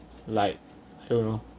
like you know